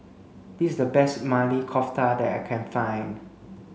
this is the best Maili Kofta that I can find